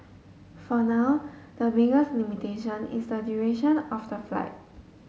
for now the biggest limitation is the duration of the flight